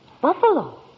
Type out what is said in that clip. Buffalo